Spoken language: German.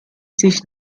sich